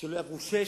ולא יעברו שש,